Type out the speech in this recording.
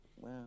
Wow